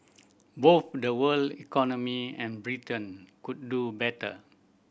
both the world economy and Britain could do better